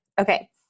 Okay